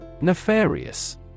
Nefarious